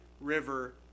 river